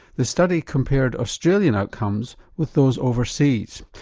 the study compared australian outcomes with those overseas.